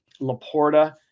Laporta